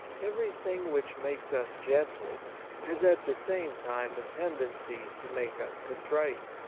everything which makes us gentle has at the same time a tendency to make us con trite.